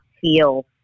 feel